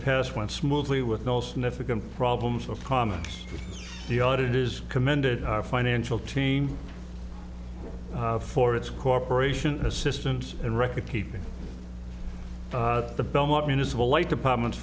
past went smoothly with no significant problems of common the audit is commended our financial team for its cooperation and assistance and record keeping the belmont municipal light departments